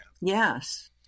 Yes